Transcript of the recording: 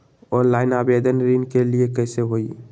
Online आवेदन ऋन के लिए कैसे हुई?